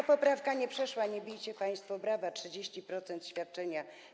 Ta poprawka nie przeszła, nie bijcie państwo brawa, 30% świadczenia.